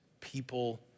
people